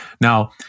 Now